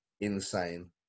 Insane